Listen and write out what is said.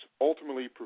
ultimately